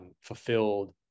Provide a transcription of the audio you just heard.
fulfilled